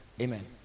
amen